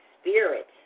spirit